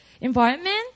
environment